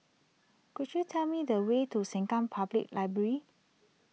could you tell me the way to Sengkang Public Library